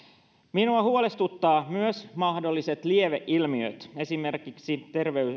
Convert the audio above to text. minua huolestuttavat myös mahdolliset lieveilmiöt esimerkiksi